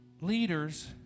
leaders